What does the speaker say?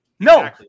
No